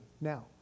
Now